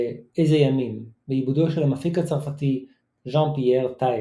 ו"איזה ימים" בעיבודו של המפיק הצרפתי ז'אן פייר טייב.